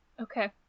Okay